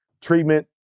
Treatment